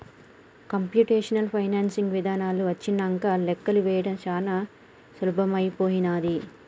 computational financing ఇదానాలు వచ్చినంక లెక్కలు వేయడం చానా సులభమైపోనాది